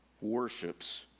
worships